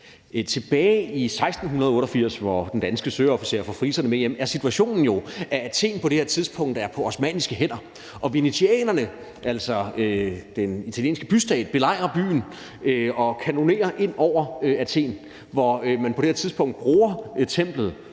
Tilbage i 1688, hvor den danske søofficer får friserne med hjem, er situationen jo den, at Athen på det her tidspunkt er på osmanniske hænder, og venetianerne, altså den italienske bystat, belejrer byen og kanonerer ind over Athen, hvor man på det tidspunkt bruger templet,